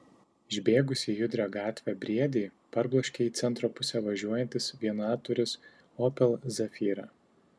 išbėgusį į judrią gatvę briedį parbloškė į centro pusę važiuojantis vienatūris opel zafira